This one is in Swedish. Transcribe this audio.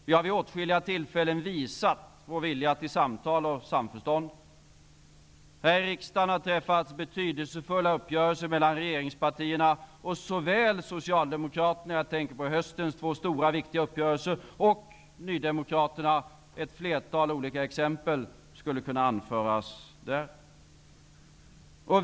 Vi har vid åtskilliga tillfällen visat vår vilja till samtal och samförstånd. Här i riksdagen har träffats betydelsefulla uppgörelser mellan regeringspartierna och såväl socialdemokrater -- jag tänker på höstens två stora, viktiga uppgörelser -- som nydemokrater, där ett flertal olika exempel skulle kunna anföras.